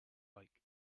like